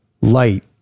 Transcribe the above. light